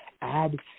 add